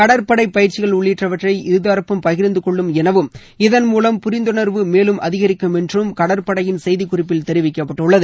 கடற்படை பயிற்சிகள் உள்ளிட்டவற்றை இருதரப்பும் பகிர்ந்து கொள்ளும் எனவும் இதன் மூலம் புரிந்துணர்வு மேலும் அதிகரிக்கும் என்றும் கடற்படையின் செய்திக்குறிப்பில் தெரிவிக்கப்பட்டுள்ளது